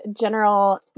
general